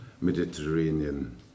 Mediterranean